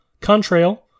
Contrail